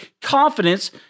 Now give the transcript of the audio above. confidence